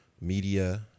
media